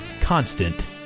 constant